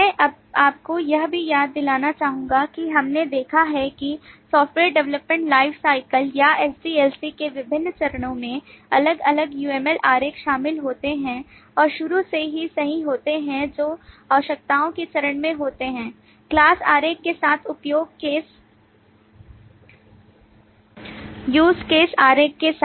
मैं आपको यह भी याद दिलाना चाहूंगा कि हमने देखा है कि software development lifecycle या SDLC के विभिन्न चरणों में अलग अलग UML आरेख शामिल होते हैं और शुरू से ही सही होते हैं जो आवश्यकताओं के चरण में होते हैंclass आरेख के साथ use case आरेख के साथ